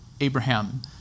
Abraham